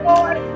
Lord